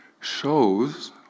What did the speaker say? shows